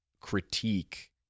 critique